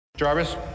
Jarvis